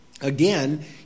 Again